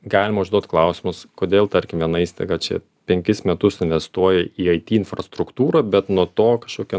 galima užduot klausimus kodėl tarkim viena įstaiga čia penkis metus investuoja į it infrastruktūrą bet nuo to kažkokia